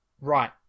right